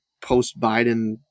post-Biden